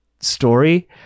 Story